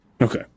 Okay